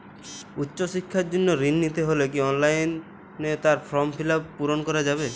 উচ্চশিক্ষার জন্য ঋণ নিতে হলে কি অনলাইনে তার ফর্ম পূরণ করা যাবে?